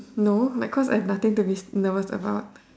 no like cause I have nothing to be nervous about